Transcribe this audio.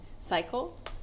cycle